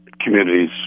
communities